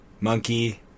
monkey